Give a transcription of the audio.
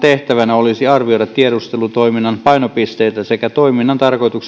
olisi arvioida tiedustelutoiminnan painopisteitä sekä toiminnan tarkoituksenmukaisuutta